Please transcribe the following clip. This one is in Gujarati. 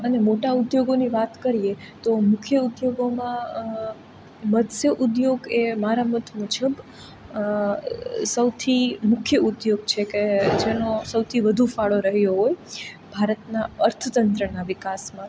અને મોટા ઉદ્યોગોની વાત કરીએ તો મુખ્ય ઉદ્યોગોમાં મત્સ્ય ઉદ્યોગ એ મારા મત મુજબ સૌથી મુખ્ય ઉદ્યોગ છે કે જેનો સૌથી વધુ ફાળો રહ્યો હોય ભારતના અર્થતંત્રના વિકાસમાં